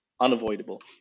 unavoidable